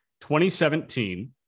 2017